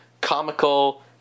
comical